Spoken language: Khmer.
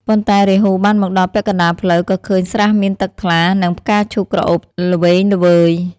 ប៉ុន្តែ រាហូបានមកដល់ពាក់កណ្ដាលផ្លូវ ក៏ឃើញស្រះមានទឹកថ្លា និងផ្កាឈូកក្រអូបល្វេងល្វើយ។